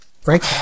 Frank